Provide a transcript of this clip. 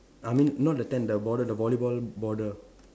I mean not the tent the border the volleyball border